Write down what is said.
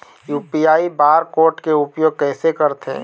UPI bar code के उपयोग कैसे करथें?